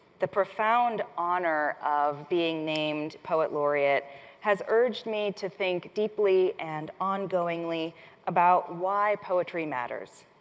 the profound honor of being named poet laureate has urged me to think deeply and ongoingly about why poetry matters,